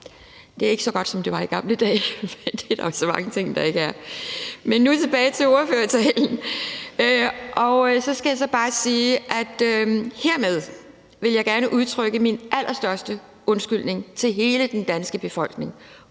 Det er ikke så godt, som det var i gamle dage, men det er der jo så mange ting der ikke er. Men nu tilbage til ordførertalen. Hermed vil jeg gerne udtrykke min allerstørste undskyldning til hele den danske befolkning